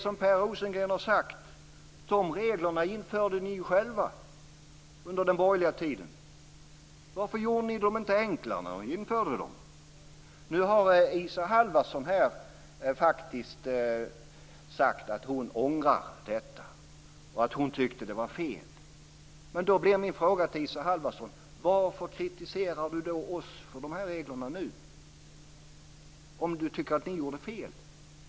Som Per Rosengren har sagt införde ni ju de reglerna själva under den borgerliga tiden! Varför gjorde ni dem inte enklare när ni införde dem? Isa Halvarsson har faktiskt sagt att hon ångrar detta, och att hon tyckte att det var fel. Då blir min fråga till Isa Halvarsson: Varför kritiserar hon oss för de här reglerna nu, om hon tycker att ni själva gjort fel?